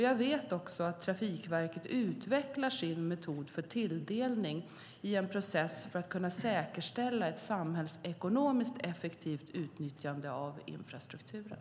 Jag vet också att Trafikverket utvecklar sin metod för tilldelning i en process för att säkerställa ett samhällsekonomiskt effektivt utnyttjande av infrastrukturen.